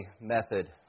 method